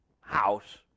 house